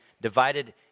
divided